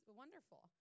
wonderful